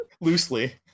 loosely